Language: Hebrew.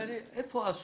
אז לא הבנתי איפה האסון.